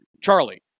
Charlie